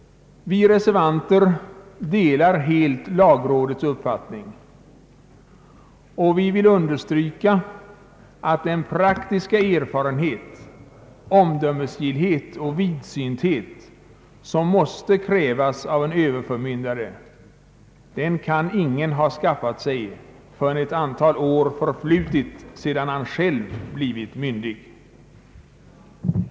Vi reservanter delar helt lagrådets uppfattning, och vi vill understryka att den praktiska erfarenhet, omdömesgillhet och vidsynthet som måste krävas av en Överförmyndare, den kan ingen ha skaffat sig förrän ett antal år förflutit sedan han själv blev myndig.